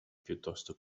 piuttosto